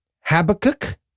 Habakkuk